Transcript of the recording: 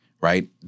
right